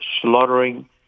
slaughtering